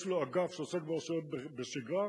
יש לו אגף שעוסק ברשויות בשגרה,